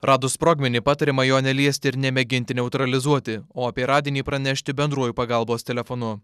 radus sprogmenį patariama jo neliesti ir nemėginti neutralizuoti o apie radinį pranešti bendruoju pagalbos telefonu